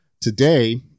Today